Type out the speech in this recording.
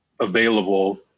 available